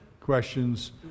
Questions